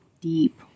deep